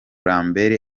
lambert